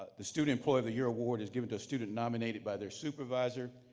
ah the student employee of the year award is given to a student nominated by their supervisor,